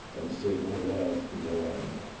and say no words to no one.